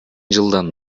жылдын